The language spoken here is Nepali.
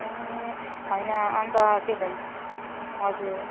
ए होइन अन्त के भन् हजुर